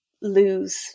lose